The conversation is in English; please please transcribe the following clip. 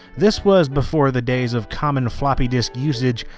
this was before the days of common floppy disk usage,